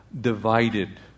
divided